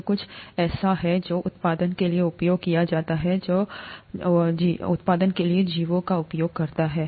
यह कुछ ऐसा है जो उत्पादन के लिए उपयोग किया जाता है जो उत्पादन के लिए जीवों का उपयोग करता है